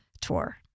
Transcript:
tour